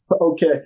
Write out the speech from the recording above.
Okay